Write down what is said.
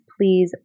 please